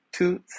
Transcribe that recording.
Two